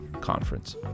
Conference